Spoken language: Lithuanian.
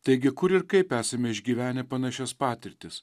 taigi kur ir kaip esame išgyvenę panašias patirtis